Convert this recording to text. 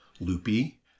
loopy